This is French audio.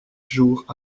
jours